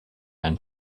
and